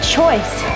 choice